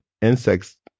insects